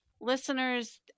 listeners